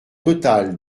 total